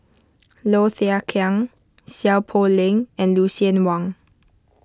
Low Thia Khiang Seow Poh Leng and Lucien Wang